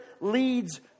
leads